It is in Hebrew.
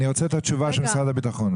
אני רוצה את התשובה של משרד הביטחון.